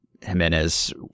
Jimenez